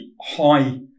high